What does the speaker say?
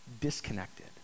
disconnected